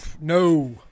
No